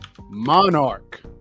Monarch